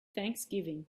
thanksgiving